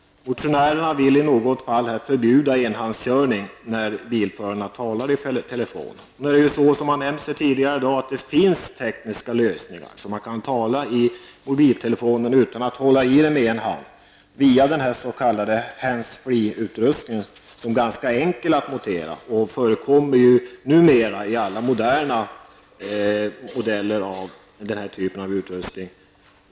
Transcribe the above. Motionärerna vill förbjuda enhandskörning när bilförarna talar i telefon. Nu finns det tekniska lösningar så att man kan tala i mobiltelefonen utan att hålla i den, via den s.k. handsfree-utrustningen, som är ganska enkel att montera och som numera förekommer på alla moderna modeller av denna typ av utrustning.